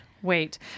Wait